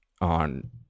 on